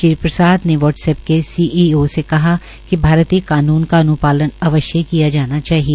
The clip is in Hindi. श्री प्रसाद ने वाट्सऐप के सीईओ से कहा कि भारतीय कानून का अन्पालन अवश्य होना चाहिए